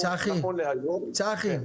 צחי,